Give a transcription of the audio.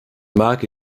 mag